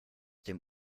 dem